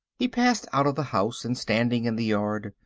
he passed out of the house, and standing in the yard,